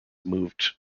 moved